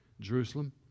Jerusalem